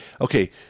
okay